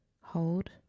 Hold